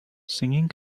singing